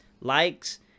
likes